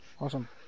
Awesome